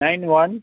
nine वन